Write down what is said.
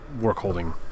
work-holding